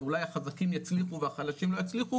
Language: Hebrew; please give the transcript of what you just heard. אז אולי החזקים יצליחו והחלשים לא יצליחו